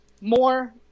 more